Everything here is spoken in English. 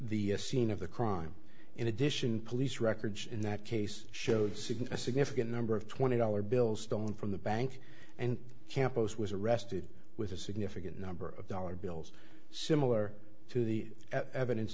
the scene of the crime in addition police records in that case showed sigma significant number of twenty dollar bill stone from the bank and campos was arrested with a significant number of dollar bills similar to the evidence